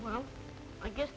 well i guess